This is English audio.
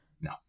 No